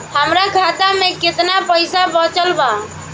हमरा खाता मे केतना पईसा बचल बा?